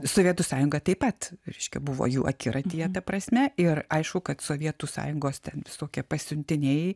sovietų sąjunga taip pat reiškia buvo jų akiratyje ta prasme ir aišku kad sovietų sąjungos ten visokie pasiuntiniai